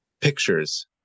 pictures